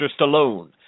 Stallone